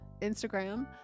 Instagram